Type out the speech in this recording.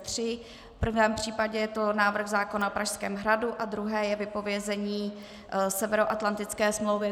V prvém případě je to návrh zákona o Pražském hradu a druhé je vypovězení Severoatlantické smlouvy.